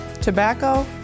tobacco